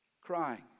crying